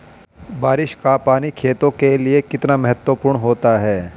बारिश का पानी खेतों के लिये कितना महत्वपूर्ण होता है?